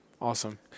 Awesome